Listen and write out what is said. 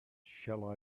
shall